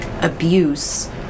abuse